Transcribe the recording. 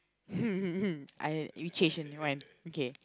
I you changed in the mind okay